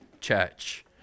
church